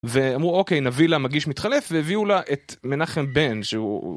ואמרו אוקיי נביא לה מגיש מתחלף והביאו לה את מנחם בן שהוא...